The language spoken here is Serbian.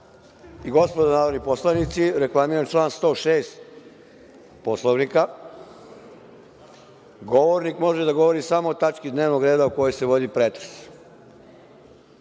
i gospodo narodni poslanici, reklamiram član 106. Poslovnika – Govornik može da govori samo o tački dnevnog reda o kojoj se vodi pretres. Mi